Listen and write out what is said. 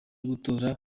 gutora